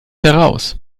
heraus